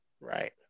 Right